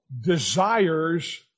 desires